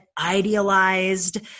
idealized